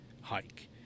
hike